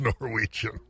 Norwegian